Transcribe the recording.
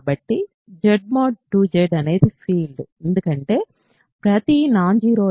కాబట్టి Z mod 2 Z అనేది field ఎందుకంటే ప్రతి నాన్ జీరో ఎలిమెంట్ ఒక యూనిట్